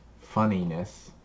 funniness